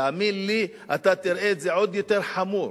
תאמין לי, אתה תראה את זה עוד יותר חמור,